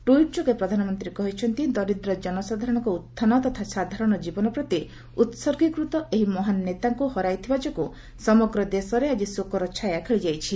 tweet ଯୋଗେ ପ୍ରଧାନମନ୍ତ୍ରୀ କହିଛନ୍ତି ଦରିଦ୍ର ଜନସାଧାରଣଙ୍କ ଉତ୍ଥାନ ତଥା ସାଧାରଣ ଜୀବନ ପ୍ରତି ଉସର୍ଗୀକୃତ ଏହି ମହାନ୍ ନେତାଙ୍କ ହରାଇଥିବା ଯୋଗୁଁ ସମଗ୍ର ଦେଶରେ ଆଜି ଶୋକର ଛାୟା ଖେଳିଯାଇଛି